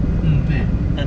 mm eh